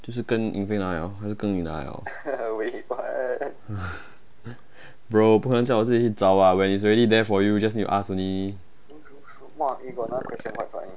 就是跟 yin fei 拿 liao 还是跟你拿 liao bro 不可能叫我自己找 [what] when it's already there for you just need to ask only